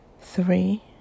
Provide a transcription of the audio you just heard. Three